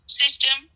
system